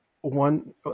one